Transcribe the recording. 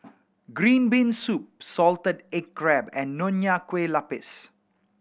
green bean soup salted egg crab and Nonya Kueh Lapis